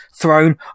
throne